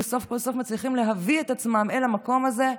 וסוף כל סוף מצליחים להביא את עצמם אל המקום הזה,